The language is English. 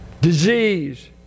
Disease